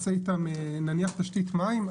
נניח תשתית מים?